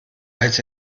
als